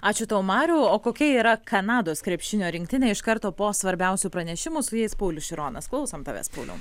ačiū tau mariau o kokia yra kanados krepšinio rinktinė iš karto po svarbiausių pranešimų su jais paulius šironas klausom tavęs pauliau